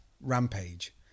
Rampage